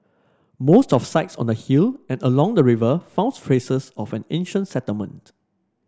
most of sites on the hill and along the river found traces of an ancient settlement